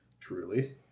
Truly